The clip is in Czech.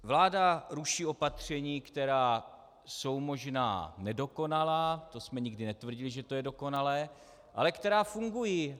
Vláda ruší opatření, která jsou možná nedokonalá, to jsme nikdy netvrdili, že to je dokonalé, ale která fungují.